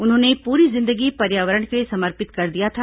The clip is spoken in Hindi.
उन्होंने पूरी जिंदगी पर्यावरण के लिए समर्पित कर दिया था